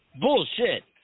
Bullshit